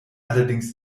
allerdings